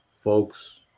folks